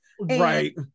Right